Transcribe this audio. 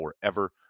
forever